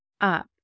up